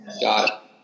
Got